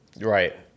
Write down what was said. Right